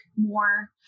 more